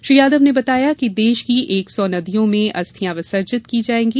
श्री यादव ने बताया कि देश की एक सौ पावन नदियों में अस्थियां विसर्जित की जाएंगी